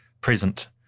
present